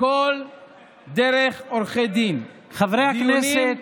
הכול דרך עורכי דין, חברי הכנסת,